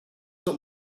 not